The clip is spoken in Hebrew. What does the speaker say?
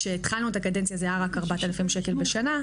כשהתחלנו את הקדנציה זה היה רק 4,000 שקל בשנה.